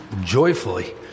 joyfully